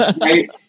Right